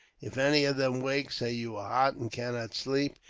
if any of them wake, say you are hot and cannot sleep,